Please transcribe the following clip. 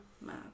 Mad